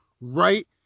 right